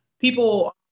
people